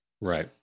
Right